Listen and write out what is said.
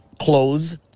clothes